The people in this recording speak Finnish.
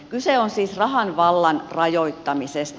kyse on siis rahan vallan rajoittamisesta